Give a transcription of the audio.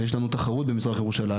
ויש לנו תחרות במזרח ירושלים,